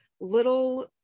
little